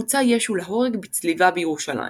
הוצא ישו להורג בצליבה בירושלים.